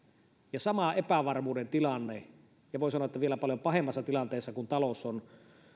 ja sama epävarmuuden tilanne ja voi sanoa että vielä paljon pahemmassa tilanteessa kun